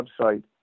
website